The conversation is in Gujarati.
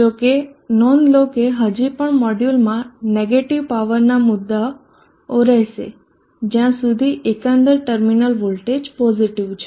જો કે નોંધ લો કે હજી પણ મોડ્યુલમાં નેગેટીવ પાવરના મુદ્દાઓ રહેશે જ્યાં સુધી એકંદર ટર્મિનલ વોલ્ટેજ પોઝીટીવ છે